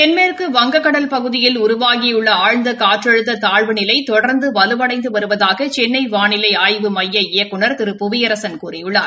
தென்மேற்கு வங்கக்கடல் பகுதியில் உருவாகியுள்ள ஆழ்ந்த காற்றழுத்த தாழ்வுநிலை தொடர்ந்து வலுவடைந்து வருவதாக சென்னை வானிலை ஆய்வு மையத்தின் இயக்குநர் திரு புவியரசன் கூறியுள்ளார்